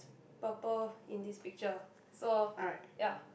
purple in this picture so ya